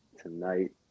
tonight